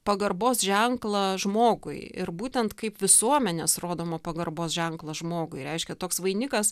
pagarbos ženklą žmogui ir būtent kaip visuomenės rodomą pagarbos ženklą žmogui reiškia toks vainikas